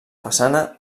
façana